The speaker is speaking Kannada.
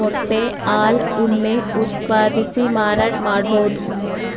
ಮೊಟ್ಟೆ ಹಾಲ್ ಉಣ್ಣೆ ಉತ್ಪಾದಿಸಿ ಮಾರಾಟ್ ಮಾಡ್ಬಹುದ್